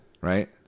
right